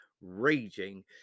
raging